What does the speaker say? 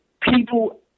people